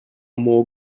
more